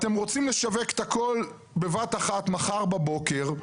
אתם רוצים לשווק את הכל בבת אחת מחר בבוקר.